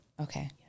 Okay